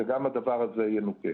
שגם הדבר הזה יסודר